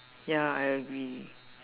ya I agree